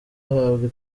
ahabwa